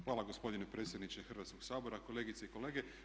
Hvala gospodine predsjedniče Hrvatskog sabora, kolegice i kolege.